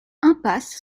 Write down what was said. impasse